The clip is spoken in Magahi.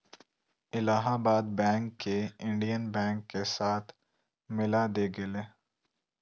इलाहाबाद बैंक के इंडियन बैंक के साथ मिला देल गेले